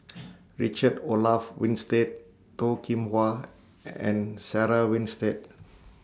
Richard Olaf Winstedt Toh Kim Hwa and Sarah Winstedt